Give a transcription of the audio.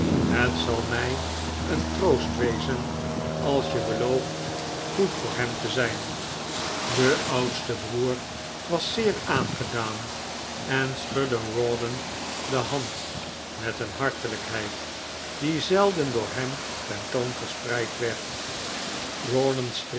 het zal mij een troost wezen als je belooft goed voor hem te zijn de oudste broer was zeer aangedaan en schudde rawdon de hand met een hartelijkheid die zelden door hem ten toon gespreid werd